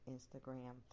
Instagram